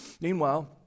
Meanwhile